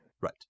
Right